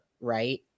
right